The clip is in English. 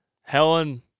Helen